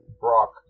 Brock